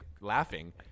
laughing